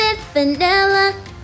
vanilla